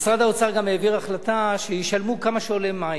משרד האוצר גם העביר החלטה שישלמו כמה שעולים מים,